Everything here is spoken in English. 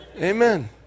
Amen